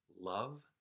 love